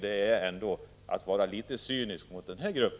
Det är att vara cynisk mot denna grupp.